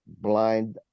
blind